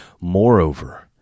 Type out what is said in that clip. Moreover